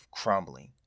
crumbling